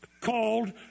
called